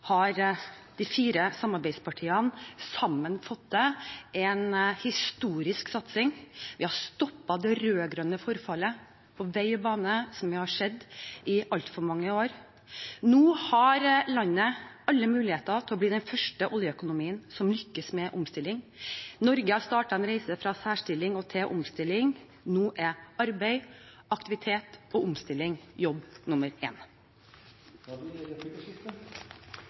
har de fire samarbeidspartiene sammen fått til en historisk satsing. Vi har stoppet det rød-grønne forfallet på vei og bane som vi har sett i altfor mange år. Nå har landet alle muligheter til å bli den første oljeøkonomien som lykkes med omstilling. Norge har startet en reise fra særstilling til omstilling. Nå er arbeid, aktivitet og omstilling jobb nummer én. Det blir replikkordskifte.